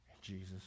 Jesus